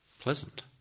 pleasant